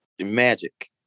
Magic